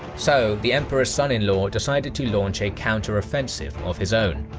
so, the emperor's son in law decided to launch a counteroffensive of his own.